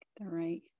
Right